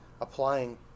applying